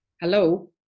Hello